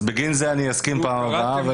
בגין זה אני אסכים בפעם הבאה,